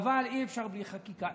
אבל אי-אפשר בלי חקיקה,